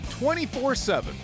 24-7